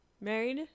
Married